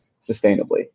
sustainably